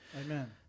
Amen